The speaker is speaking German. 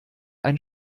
ein